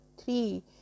three